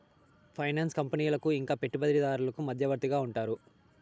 finance కంపెనీలకు ఇంకా పెట్టుబడిదారులకు మధ్యవర్తిగా ఉంటారు